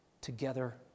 together